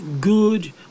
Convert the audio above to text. good